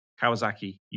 Kawasaki